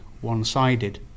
one-sided